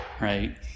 right